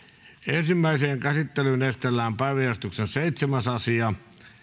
ensimmäiseen käsittelyyn esitellään päiväjärjestyksen seitsemäs asia